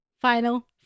final